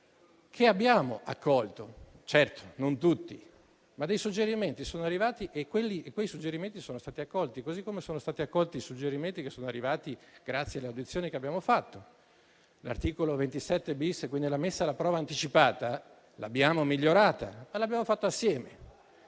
che abbiamo accolto, certo non tutti, ma dei suggerimenti sono arrivati e alcuni sono stati accolti, così come sono stati accolti i suggerimenti che sono arrivati grazie alle audizioni che abbiamo svolto. L'articolo 27-*bis* sulla messa alla prova anticipata l'abbiamo migliorato, ma l'abbiamo fatto insieme